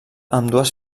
ambdues